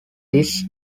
this